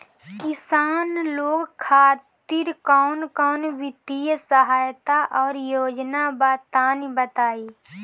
किसान लोग खातिर कवन कवन वित्तीय सहायता और योजना बा तनि बताई?